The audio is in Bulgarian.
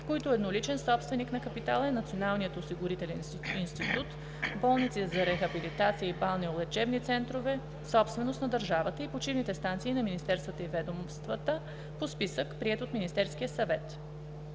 в които едноличен собственик на капитала е Националният осигурителен институт, болници за рехабилитация и балнеолечебни центрове, собственост на държавата, и почивните станции на министерствата и ведомствата – по списък, приет от Министерския съвет.